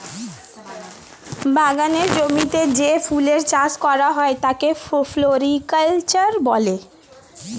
বাগানের জমিতে যে ফুলের চাষ করা হয় তাকে ফ্লোরিকালচার বলে